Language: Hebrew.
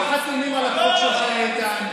אנחנו לא חתומים על החוק הזה, איתן.